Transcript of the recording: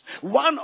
One